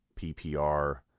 PPR